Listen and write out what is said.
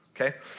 okay